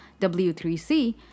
W3C